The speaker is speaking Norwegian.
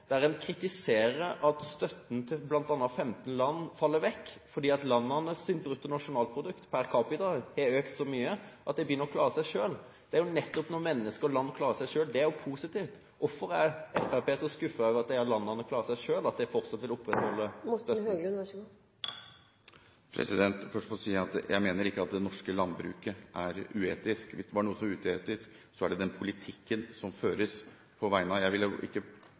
der en kritiserer at støtten til bl.a. 15 land faller bort fordi landenes brutto nasjonalprodukt per capita har økt så mye at de begynner å klare seg selv. Nettopp det at mennesker og land klarer seg selv, er jo positivt. Hvorfor er Fremskrittspartiet så skuffet over at disse landene klarer seg selv at de fortsatt vil opprettholde støtten? Jeg må først få si at jeg ikke mener at det norske landbruket er uetisk. Hvis det er noe som er uetisk, er det den politikken som føres. Jeg vil ikke påstå at bøndene er det. Når det gjelder beskrivelsen av hva som har skjedd i utviklingsland, deler vi på